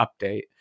update